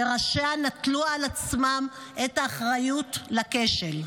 שראשיה נטלו על עצמם את האחריות לכשל.